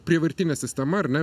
prievartinė sistema ar ne